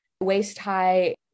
waist-high